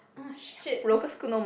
orh shit